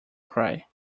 cry